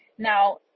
Now